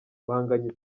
banganya